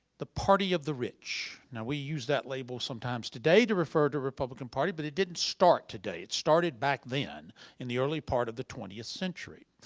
the party of the rich. now we use that label sometimes today to refer to republican party, but it didn't start today. it started back then in the early part of the twentieth century.